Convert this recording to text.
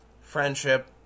friendship